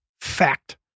Fact